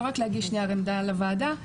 לא רק להגיש נייר עמדה לוועדה,